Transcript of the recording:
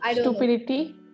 stupidity